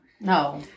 No